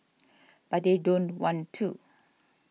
but they don't want to